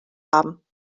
haben